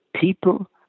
people